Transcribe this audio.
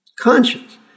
conscience